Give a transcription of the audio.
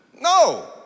No